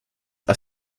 are